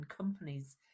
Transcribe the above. companies